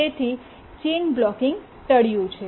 તેથી chain blocking ટળ્યું છે